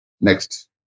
Next